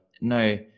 no